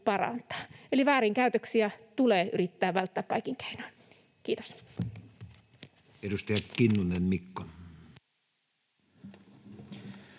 Eli väärinkäytöksiä tulee yrittää välttää kaikin keinoin. — Kiitos. [Speech 111]